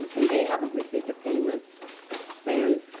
and they haven't received a payment since,